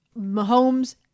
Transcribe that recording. Mahomes